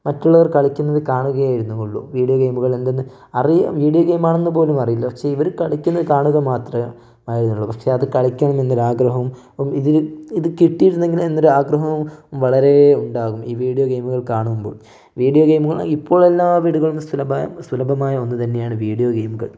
മറ്റുള്ളവർ കളിക്കുന്നത് കാണുകയേ ആയിരുന്നുള്ളൂ വീഡിയോ ഗെയിമുകൾ എന്തെന്ന് അറിയ വീഡിയോ ഗെയിം ആണെന്ന് പോലും അറിയില്ല പക്ഷേ ഇവർ കളിക്കുന്നത് കാണുക മാത്രം ആയിരുന്നുള്ളൂ പക്ഷേ അത് കളിക്കണം എന്നൊരു ആഗ്രഹവും ഇത് ഇത് കിട്ടിയിരുന്നെങ്കിൽ എന്നൊരു ആഗ്രഹവും വളരെയുണ്ടാവും ഈ വീഡിയോ ഗെയിമുകൾ കാണുമ്പോൾ വീഡിയോ ഗെയിമുകൾ ഇപ്പോൾ എല്ലാ വീടുകളിലും സുലഭമായ ഒന്നു തന്നെയാണ് വീഡിയോ ഗെയിമുകൾ